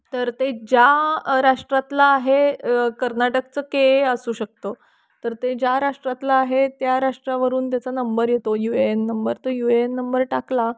तर ते ज्या राष्ट्रातला आहे कर्नाटकचं के ए असू शकतं तर ते ज्या राष्ट्रातला आहे त्या राष्ट्रावरून त्याचा नंबर येतो यू ए एन नंबर तो यू ए एन नंबर टाकला